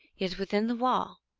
yet within the wall,